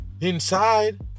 inside